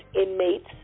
inmates